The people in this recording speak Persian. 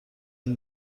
این